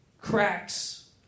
cracks